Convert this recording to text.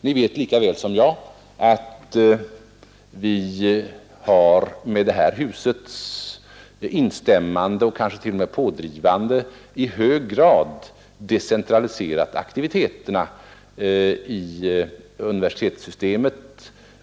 Ni vet lika väl som jag att vi med det här husets instämmande och kanske också pådrivande i huvudsak har decentraliserat aktiviteterna i universitetssystemet.